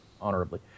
Honorably